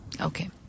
Okay